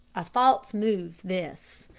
a false move this.